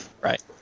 right